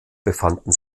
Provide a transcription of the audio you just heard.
befanden